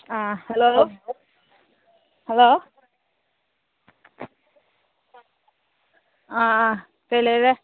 hello hello ꯀꯔꯤ ꯂꯩꯔꯦ